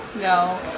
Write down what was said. No